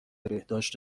بهداشت